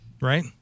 right